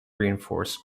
reinforced